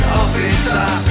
officer